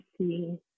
see